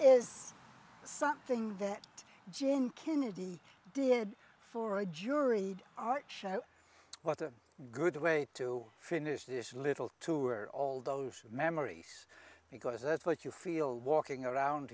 is something that jane kennedy did for a jury art show what a good way to finish this little tour all those memories because that's what you feel walking around